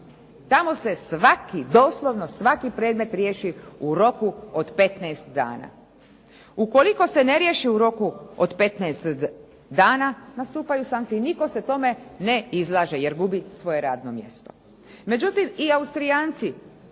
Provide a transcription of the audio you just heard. Tamo se svaki, doslovno svaki predmet riješi u roku od 15 dana. Ukoliko se ne riješi u roku od 15 dana nastupaju sankcije i nitko se tome ne izlaže jer gubi svoje radno mjesto.